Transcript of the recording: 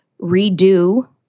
redo